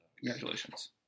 Congratulations